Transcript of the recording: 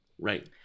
Right